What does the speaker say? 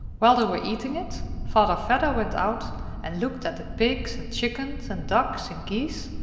while they were eating it, father vedder went out and looked at the pigs, and chickens, and ducks, and geese,